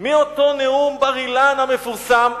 מאותו נאום בר-אילן המפורסם,